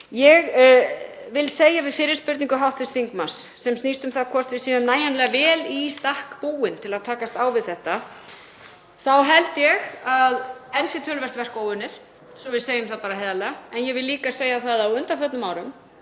Ég vil segja við fyrri spurningu hv. þingmanns, sem snýst um það hvort við séum nægjanlega vel í stakk búin til að takast á við þetta, að ég held að enn sé töluvert verk óunnið svo að við segjum það bara heiðarlega. En ég vil líka segja að á undanförnum árum